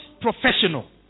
professional